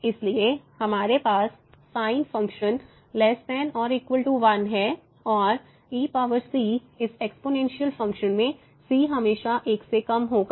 इसलिए हमारे पास sin फंक्शन ≤1 है और ec इस एक्स्पोनेंशियल फंक्शन में c हमेशा 1 से कम होगा